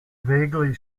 vaguely